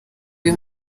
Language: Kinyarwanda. uyu